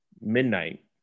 midnight